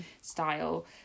style